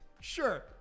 sure